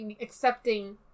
accepting